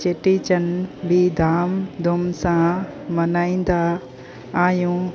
चेटीचंड बि धाम धूम सां मल्हाईंदा आहियूं